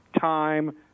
time